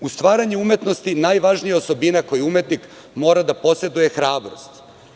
U stvaranju umetnosti najvažnija osobina koju umetnik mora da poseduje je hrabrost.